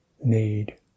need